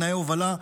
תנאי הובלה,